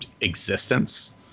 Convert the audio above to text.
existence